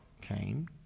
came